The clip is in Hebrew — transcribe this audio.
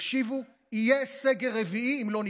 תקשיבו, יהיה סגר רביעי אם לא נתעשת.